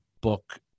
book